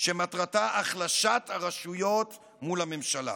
שמטרתה החלשת הרשויות מול הממשלה